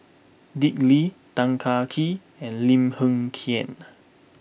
Dick Lee Tan Kah Kee and Lim Hng Kiang